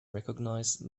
recognize